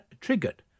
triggered